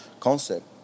concept